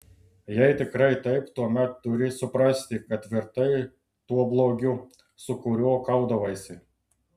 jei tikrai taip tuomet turi suprasti kad virtai tuo blogiu su kuriuo kaudavaisi